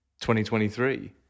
2023